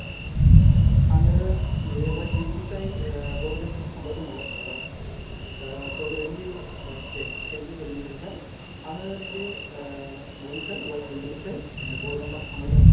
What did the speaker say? हेल' sir आङो नैबे west बेंगलनिफ्राय ओ बड'लेण्ड फारसे थांबाय दङ ओ ओ बड'लेण्डनि ओ दे टेंकिउ गोजोन्नाय थाबाय सार आङो नैबे ओ माबानिफ्राय वेस बेंगलनिफ्राय बड'लेण्ड फारसे थांबाय दङ